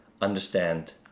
Understand